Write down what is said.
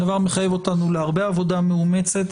הדבר מחייב אותנו להרבה עבודה מאומצת,